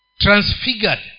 Transfigured